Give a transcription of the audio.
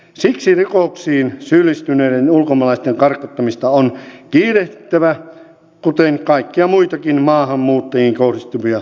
siksi rikoksiin syyllistyneiden ulkomaalaisten karkottamista on kiirehdittävä kuten kaikkia muitakin maahanmuuttajiin kohdistuvia kiristyksiä